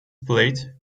plate